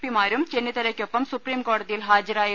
പിമാരും ചെന്നിത്തലക്കൊപ്പം സുപ്രീംകോടതിയിൽ ഹാജരായിരുന്നു